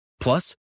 Plus